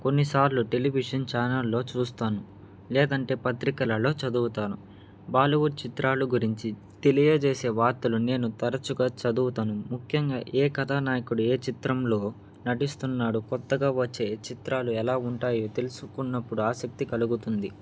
కొన్నిసార్లు టెలివిజన్ ఛానల్లో చూస్తాను లేదంటే పత్రికలలో చదువుతాను బాలీవుడ్ చిత్రాలు గురించి తెలియజేసే వార్తలు నేను తరచుగా చదువుతాను ముఖ్యంగా ఏ కథా నాయకుడు ఏ చిత్రంలో నటిస్తున్నాడు కొత్తగా వచ్చే చిత్రాలు ఎలా ఉంటాయో తెలుసుకున్నప్పుడు ఆసక్తి కలుగుతుంది